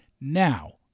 Now